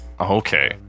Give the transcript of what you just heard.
okay